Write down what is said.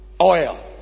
oil